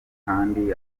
kandi